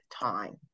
time